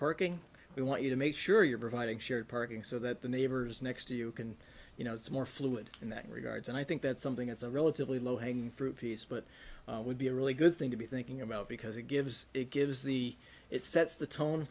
parking we want you to make sure you're providing shared parking so that the neighbors next to you can you know it's more fluid in that regards and i think that's something that's a relatively low hanging fruit piece but would be a really good thing to be thinking about because it gives it gives the it sets the tone